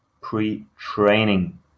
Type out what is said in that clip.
pre-training